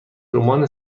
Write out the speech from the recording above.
رمان